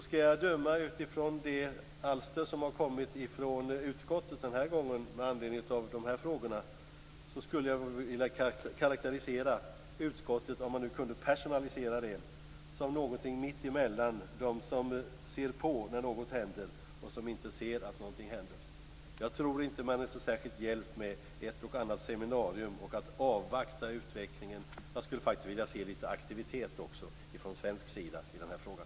Skulle jag döma utifrån det alster som har kommit från utskottet med anledning av de här frågorna skulle jag vilja karakterisera utskottet - om man nu kunde personalisera det - som någonting mittemellan sådana som ser på när något händer och sådana som inte ser att något händer. Jag tror inte att man i Vitryssland är särskilt hjälpt av ett eller annat seminarium eller av att vi avvaktar utvecklingen. Jag skulle faktiskt vilja se litet aktivitet från svensk sida i den här frågan.